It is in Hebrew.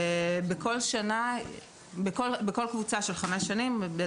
ובדקנו מה המגמות בכל קבוצה של חמש שנים.